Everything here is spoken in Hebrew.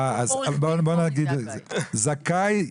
זכאי,